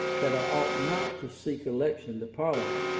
that i ought not to seek election to parliament,